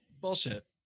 Bullshit